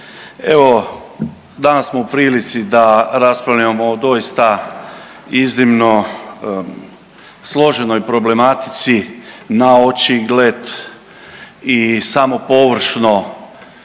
evo danas smo u prilici da raspravljamo doista o iznimno složenoj problematici na očigled i samo površno